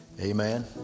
Amen